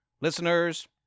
Listeners